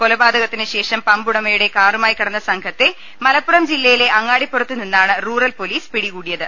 കൊലപാതക ത്തിനുശേഷം പമ്പുടമയുടെ കാറുമായി കടന്ന സംഘത്തെ മലപ്പുറും ്ജില്ലയിലെ അങ്ങാടിപ്പുറത്ത് നിന്നാണ് റൂറൽ പോലീസ് പിടികൂടിയത്